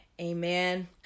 Amen